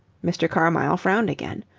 mr. carmyle frowned again.